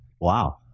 Wow